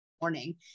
morning